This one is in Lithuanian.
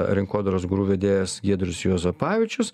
rinkodaros guru vedėjas giedrius juozapavičius